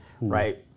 right